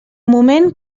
moment